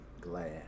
glad